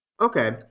Okay